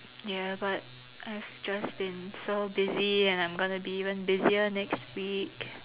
ya but I have just been so busy and I'm gonna be even busier next week